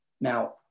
Now